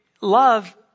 Love